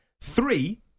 Three